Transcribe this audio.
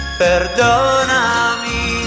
perdonami